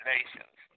Nations